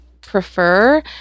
prefer